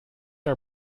are